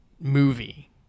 movie